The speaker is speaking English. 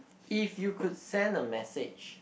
if you could send a message